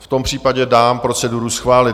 V tom případě dám proceduru schválit.